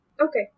Okay